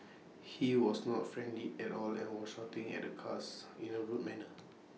he was not friendly at all and was shouting at the cars in A rude manner